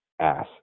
ass